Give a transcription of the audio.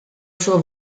suo